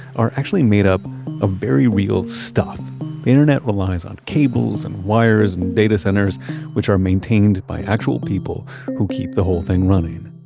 are actually made up of very real stuff. the internet relies on cables and wires and data centers which are maintained by actual people who keep the whole thing running.